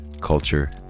culture